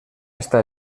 està